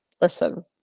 Listen